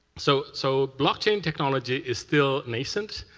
so so blockchain technology is still nascent,